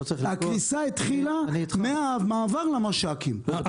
הקריסה התחילה מהמעבר למש"קים.